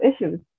issues